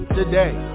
today